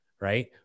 Right